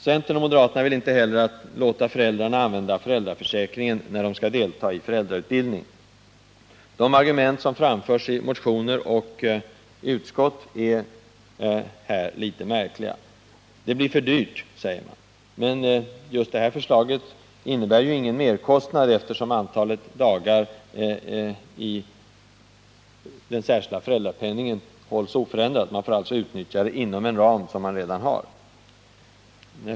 Centern och moderaterna vill inte heller låta föräldrarna använda föräldraförsäkringen när de skall delta i föräldrautbildning. De argument som framförs i motioner och utskottsbetänkanden är litet märkliga. Det blir för dyrt, säger man. Men just det här förslaget innebär ingen merkostnad, eftersom antalet dagar inom den särskilda föräldrapenningen hålls oförändrat. Man får utnyttja försäkringen inom en ram som redan finns.